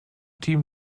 team